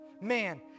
man